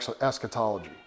eschatology